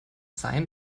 sein